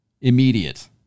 Immediate